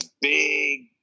big